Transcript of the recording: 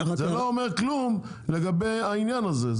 זה לא אומר כלולם לגבי העניין הזה,